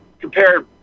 compare